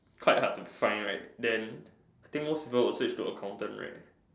quite hard to find right then I think most people would Switch to accountant right